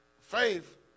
faith